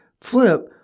Flip